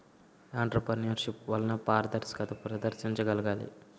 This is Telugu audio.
ఎంటర్ప్రైన్యూర్షిప్ వలన పారదర్శకత ప్రదర్శించగలగాలి